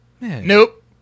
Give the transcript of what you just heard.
Nope